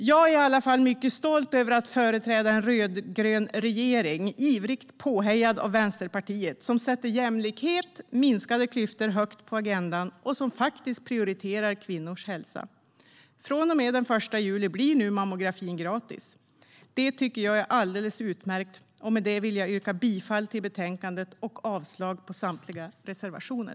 Jag är i varje fall mycket stolt över att företräda en rödgrön regering, ivrigt påhejad av Vänsterpartiet, som sätter jämlikhet och minskade klyftor högt på agendan och som prioriterar kvinnors hälsa. Från och med den 1 juli blir mammografin gratis. Det tycker jag är alldeles utmärkt. Med det vill jag yrka bifall till utskottets förslag i betänkandet och avslag på samtliga reservationer.